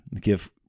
give